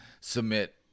submit